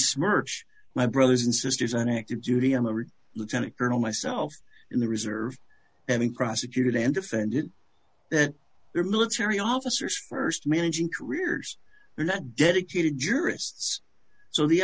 smirch my brothers and sisters on active duty i'm a retired lieutenant colonel myself in the reserve having prosecuted and defended then their military officers st managing careers they're not dedicated jurists so the